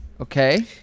okay